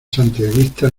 santiaguistas